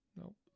Nope